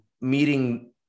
meeting